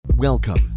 Welcome